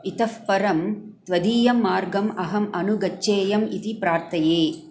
इतः परं त्वदीयं मार्गम् अहम् अनुगच्छेयम् इति प्रार्थये